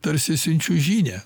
tarsi siunčiu žinią